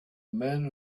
men